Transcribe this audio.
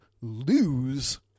lose